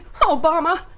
Obama